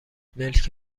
ملک